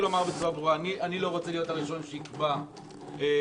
אני לא רוצה להיות הראשון שיקבע שינויים